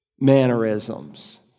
mannerisms